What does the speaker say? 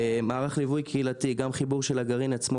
מערך ליווי קהילתי: גם חיבור של הגרעין עצמו